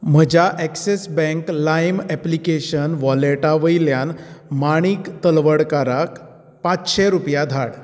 म्हज्या Axis bank लायम application वॉलेटा वयल्यान माणीक तलवडकाराक पाचशें रुपया धाड